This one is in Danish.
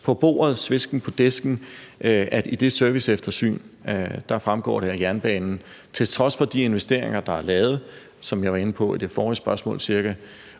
på bordet, svesken på disken, fremgår, at jernbanen til trods for de investeringer, der er lavet, og som jeg var inde på under det forrige spørgsmål – ca.